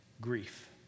Grief